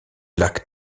lac